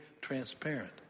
transparent